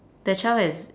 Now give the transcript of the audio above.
the child has